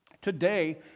today